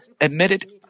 admitted